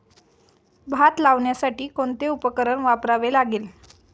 भात लावण्यासाठी कोणते उपकरण वापरावे लागेल?